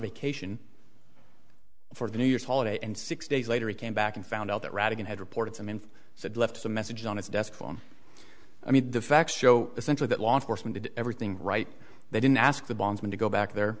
vacation for the new year's holiday and six days later he came back and found out that ratigan had reports and said left a message on his desk phone i mean the facts show essentially that law enforcement did everything right they didn't ask the bondsman to go back there